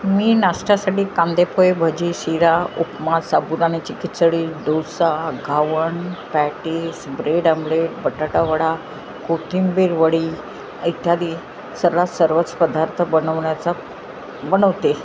मी नाश्त्यासाठी कांदेपोहे भजी शिरा उपमा साबुदाण्याची खिचडी डोसा घावण पॅटीस ब्रेड ॲमलेट बटाटा वडा कोथिंबीर वडी इत्यादी सर्वात सर्वच पदार्थ बनवण्याचा बनवते